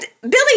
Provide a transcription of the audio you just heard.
Billy